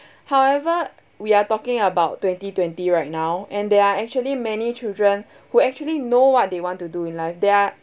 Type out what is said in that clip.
however we are talking about twenty twenty right now and there are actually many children who actually know what they want to do in life they're